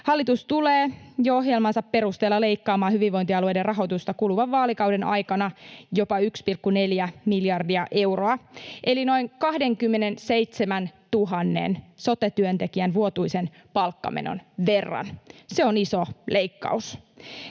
hallitus tulee jo ohjelmansa perusteella leikkaamaan hyvinvointialueiden rahoitusta kuluvan vaalikauden aikana jopa 1,4 miljardia euroa eli noin 27 000 sote-työntekijän vuotuisen palkkamenon verran. Se on iso leikkaus.